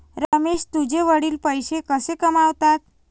रमेश तुझे वडील पैसे कसे कमावतात?